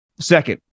Second